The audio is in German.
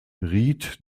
ried